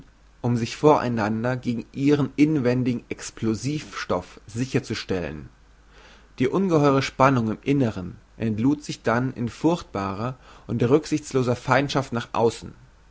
um sich vor einander gegen ihren inwendigen explosivstoff sicher zu stellen die ungeheure spannung im innern entlud sich dann in furchtbarer und rücksichtsloser feindschaft nach aussen